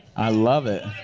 i love it.